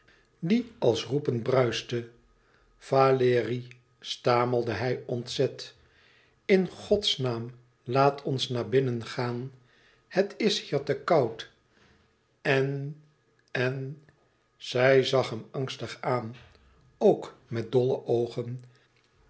die als roepend bruiste valérie stamelde hij ontzet in godsnaam laat ons naar binnen gaan het is hier te koud en en zij zag hem angstig aan ook met dolle oogen